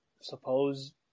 suppose